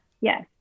yes